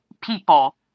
people